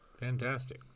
Fantastic